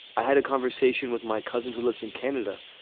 i had a conversation with my cousin who lives in canada,